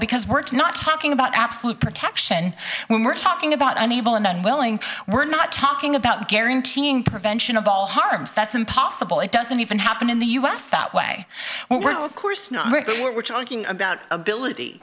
because we're not talking about absolute protection when we're talking about i'm able and willing we're not talking about guaranteeing prevention of all harms that's impossible it doesn't even happen in the us that way we're not of course we're talking about ability